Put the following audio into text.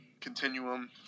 continuum